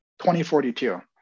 2042